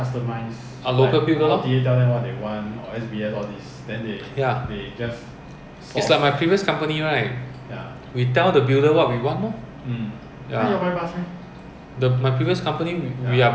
M A N their gear box their err everything better lah ya and economical ya so I chose the err the specs and all then after that I send to local to build lor